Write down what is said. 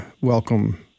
welcome